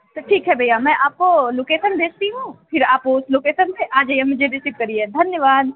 तो ठीक है भैया मैं आपको लोकेसन भेजती हूँ फिर आप उस लोकेसन पर आ जाइए मुझे रिसीव करिए धन्यवाद